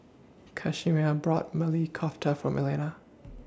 brought Maili Kofta For Melina